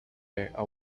are